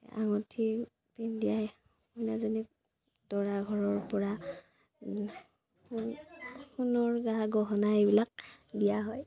আঙুঠি পিন্ধাই কইনাজনীক দৰা ঘৰৰ পৰা সোণৰ গা গহনা এইবিলাক দিয়া হয়